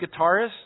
guitarist